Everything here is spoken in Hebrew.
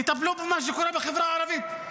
תטפלו במה שקורה בחברה הערבית,